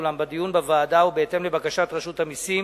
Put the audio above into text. אולם בדיון בוועדה ובהתאם לבקשת רשות המסים